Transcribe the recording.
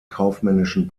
kaufmännischen